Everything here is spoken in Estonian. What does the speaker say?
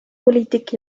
poliitik